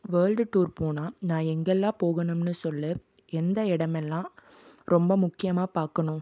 world tour போனால் நான் எங்கெல்லாம் போகணும்ன்னு சொல்லு எந்த இடம் எல்லாம் ரொம்ப முக்கியமாக பார்க்கணும்